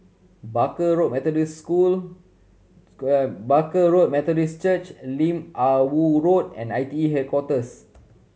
Barker Road Methodist School Barker Road Methodist Church Lim Ah Woo Road and I T E Headquarters